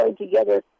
together